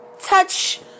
touch